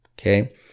Okay